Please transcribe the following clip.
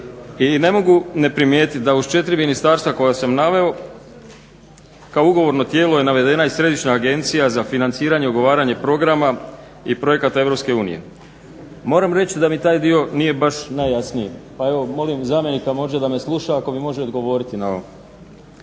i ne mogu ne primijetiti da uz četiri ministarstva koja sam naveo kao ugovorno tijelo je navedena i Središnja agencija za financiranje i ugovaranje programa i projekata EU. Moram reći da mi taj dio nije baš najjasniji, pa evo molim zamjenika možda da me sluša ako mi može odgovoriti na ovo.